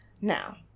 Now